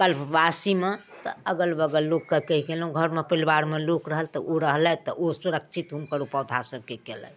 कल्पवासीमे तऽ अगल बगल लोगके कहि गेलहुँ घरमे परिवारमे लोग रहल तऽ उ रहलथि तऽ ओ सुरक्षित हुनकर पौधा सबके कयलथि